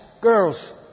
girls